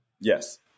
Yes